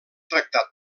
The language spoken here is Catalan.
tractat